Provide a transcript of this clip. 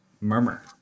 Murmur